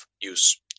use